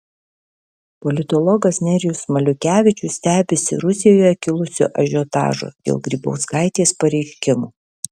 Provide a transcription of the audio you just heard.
politologas nerijus maliukevičius stebisi rusijoje kilusiu ažiotažu dėl grybauskaitės pareiškimų